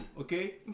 okay